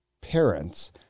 parents